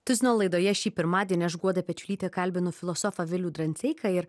tuzino laidoje šį pirmadienį aš guoda pečiulytė kalbinu filosofą vilių dranseiką ir